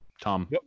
Tom